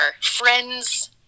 friends